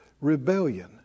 rebellion